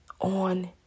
on